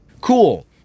Cool